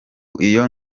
iyo